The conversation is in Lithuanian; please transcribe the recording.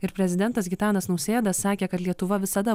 ir prezidentas gitanas nausėda sakė kad lietuva visada